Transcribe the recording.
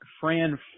Fran